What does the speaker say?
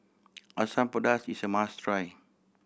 Asam Pedas is a must try